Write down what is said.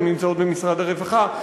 הן נמצאות במשרד הרווחה,